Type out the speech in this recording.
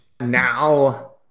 Now